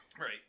Right